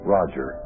Roger